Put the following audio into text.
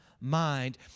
mind